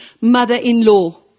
mother-in-law